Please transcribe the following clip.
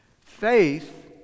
faith